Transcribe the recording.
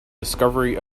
discovery